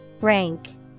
Rank